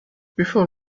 before